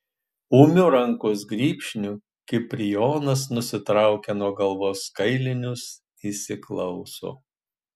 ūmiu rankos grybšniu kiprijonas nusitraukia nuo galvos kailinius įsiklauso